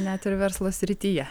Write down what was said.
net ir verslo srityje